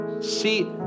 See